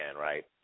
right